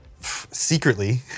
secretly